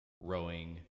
rowing